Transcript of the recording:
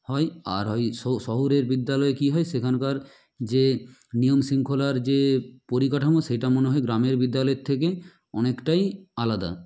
হয় আর হয় শহরের বিদ্যালয় কী হয় সেখানকার যে নিয়ম শৃঙ্খলার যে পরিকাঠামো সেটা মনে হয় গ্রামের বিদ্যালয়ের থেকে অনেকটাই আলাদা